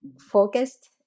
focused